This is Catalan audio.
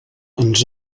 ens